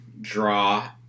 draw